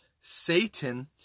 Satan